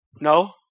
No